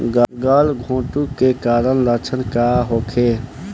गलघोंटु के कारण लक्षण का होखे?